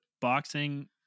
boxing